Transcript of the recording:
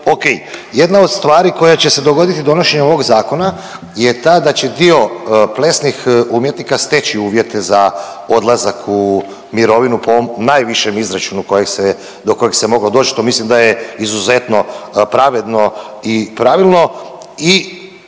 okej. Jedna od stvari koja će se dogoditi donošenjem ovog zakona je ta da će dio plesnih umjetnika steći uvjete za odlazak u mirovinu po ovom najvišem izračunu kojeg se, do kojeg se moglo doć, što mislim da je izuzetno pravedno i pravilno